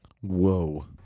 Whoa